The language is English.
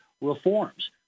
reforms